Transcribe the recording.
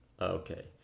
okay